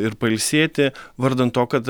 ir pailsėti vardan to kad